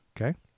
okay